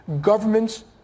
Governments